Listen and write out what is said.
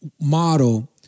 model